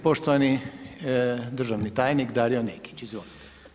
Poštovani državni tajnik Darko Nekić, izvolite.